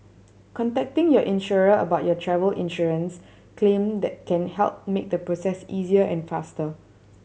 contacting your insurer about your travel insurance claim that can help make the process easier and faster